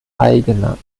eigener